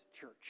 church